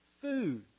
food